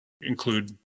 include